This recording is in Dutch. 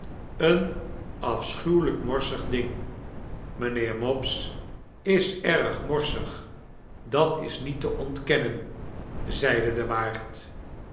een afschuwelijk morsig ding mpheer mopes is erg morsig dat is niet te ontkennen zeide de waard